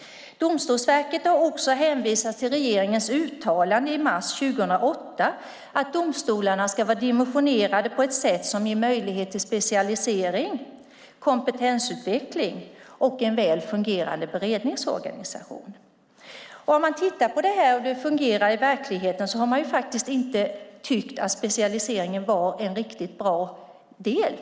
Domstolsverket har hänvisat till regeringens uttalande i mars 2008 om att domstolarna ska vara dimensionerade på ett sätt som ger möjlighet till specialisering, kompetensutveckling och en väl fungerande beredningsorganisation. Hur har det fungerat i verkligheten? Man har inte tyckt att specialiseringen var riktigt bra.